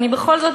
אני בכל זאת